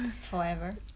forever